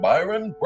Byron